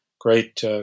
great